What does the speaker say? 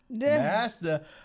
master